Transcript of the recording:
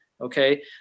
Okay